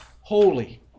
holy